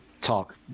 talk